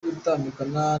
gutandukana